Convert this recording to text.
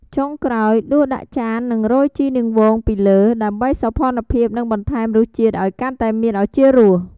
ចុងក្រោយដួសដាក់ចាននិងរោយជីនាងវងពីលើ ដើម្បីសោភ័ណភាពនិងបន្ថែមរសជាតិឱ្យកាន់តែមានឱជារស។